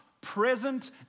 present